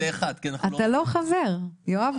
אתה לא חבר, יואב קיש.